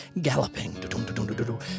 galloping